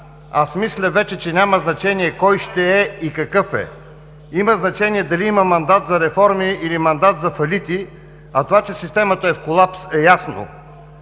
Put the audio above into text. „Аз мисля вече, че няма значение кой ще е и какъв е. Има значение дали има мандат за реформи, или мандат за фалити, а това, че системата е в колапс, е ясно.“